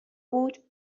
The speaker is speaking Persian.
بود